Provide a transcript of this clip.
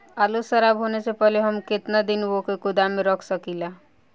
आलूखराब होने से पहले हम केतना दिन वोके गोदाम में रख सकिला?